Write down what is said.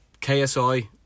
KSI